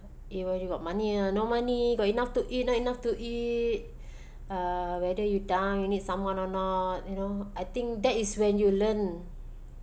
even you got money uh no money got enough to eat not enough to eat uh whether you die you need someone or not you know I think that is when you learn